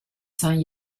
san